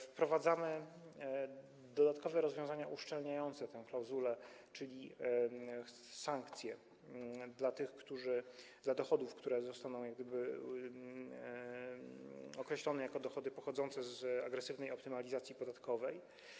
Wprowadzamy dodatkowe rozwiązania uszczelniające tę klauzulę, czyli sankcje w odniesieniu do dochodów, które zostaną określone jako dochody pochodzące z agresywnej optymalizacji podatkowej.